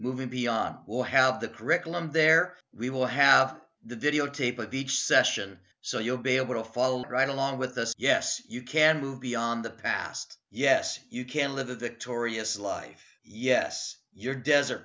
moving beyond will have the curriculum there we will have the videotape of each session so you'll be able to follow right along with us yes you can move beyond the past yes you can live a victorious life yes your desert